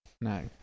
no